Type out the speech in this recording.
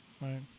Right